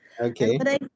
Okay